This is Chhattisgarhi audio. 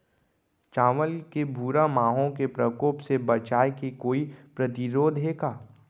चांवल के भूरा माहो के प्रकोप से बचाये के कोई प्रतिरोधी हे का?